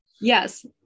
Yes